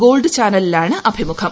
gold ചാനലിലാണ് അഭിമുഖം